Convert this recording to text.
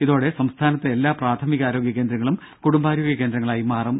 ഇതോടെ സംസ്ഥാനത്തെ എല്ലാ പ്രാഥമികാരോഗ്യ കേന്ദ്രങ്ങളും കുടുംബാരോഗ്യ കേന്ദ്രങ്ങളായി മാറും